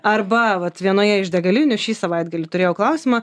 arba vat vienoje iš degalinių šį savaitgalį turėjau klausimą